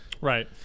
Right